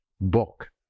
book